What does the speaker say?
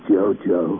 Jojo